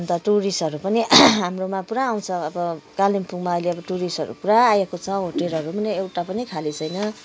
अन्त टुरिस्टहरू पनि हाम्रोमा पुरा आउँछ अब कालिम्पोङमा अब अहिले टुरिस्टहरू पुरा आएको छ होटेलहरू पनि एउटा पनि खालि छैन